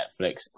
Netflix